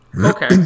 Okay